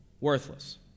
worthless